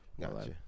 Gotcha